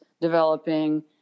developing